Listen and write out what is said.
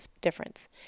difference